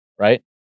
right